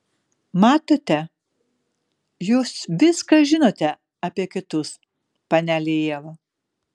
matote jūs viską žinote apie kitus panele ieva